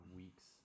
weeks